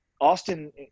Austin